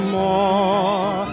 more